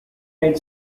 and